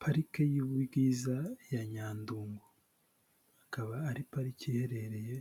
Parike y'ubwiza ya Nyandungu, akaba ari parike iherereye